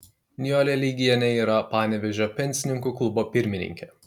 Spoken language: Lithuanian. nijolė leigienė yra panevėžio pensininkų klubo pirmininkė